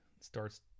starts